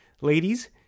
Ladies